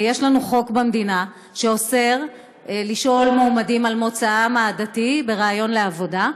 ויש לנו חוק במדינה שאוסר לשאול מועמדים על מוצאם העדתי בראיון עבודה.